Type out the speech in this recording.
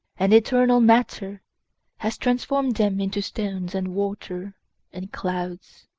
and eternal matter has transformed them into stones and water and clouds